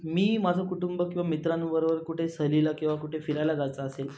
मी माझं कुटुंब किवा मित्रांबरोबर कुठे सहलीला किंवा कुठे फिरायला जायचं असेल